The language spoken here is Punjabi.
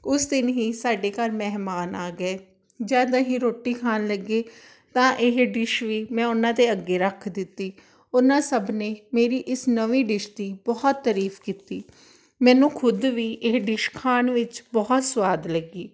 ਉਸ ਦਿਨ ਹੀ ਸਾਡੇ ਘਰ ਮਹਿਮਾਨ ਆ ਗਏ ਜਦੋਂ ਅਸੀਂ ਰੋਟੀ ਖਾਣ ਲੱਗੇ ਤਾਂ ਇਹ ਡਿਸ਼ ਵੀ ਮੈਂ ਉਹਨਾਂ ਦੇ ਅੱਗੇ ਰੱਖ ਦਿੱਤੀ ਉਨ੍ਹਾਂ ਸਭ ਨੇ ਮੇਰੀ ਇਸ ਨਵੀਂ ਡਿਸ਼ ਦੀ ਬਹੁਤ ਤਰੀਫ਼ ਕੀਤੀ ਮੈਨੂੰ ਖੁਦ ਵੀ ਇਹ ਡਿਸ਼ ਖਾਣ ਵਿੱਚ ਬਹੁਤ ਸੁਆਦ ਲੱਗੀ